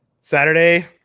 Saturday